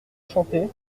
chantaient